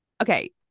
Okay